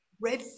red